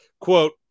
Quote